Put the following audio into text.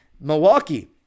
Milwaukee